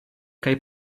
kaj